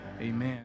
Amen